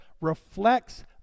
reflects